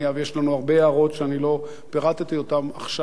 ויש לנו הרבה הערות שאני לא פירטתי אותן עכשיו,